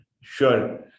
Sure